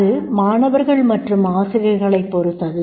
அது மாணவர்கள் மற்றும் ஆசிரியர்களைப் பொறுத்தது